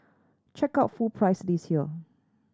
check out full price list here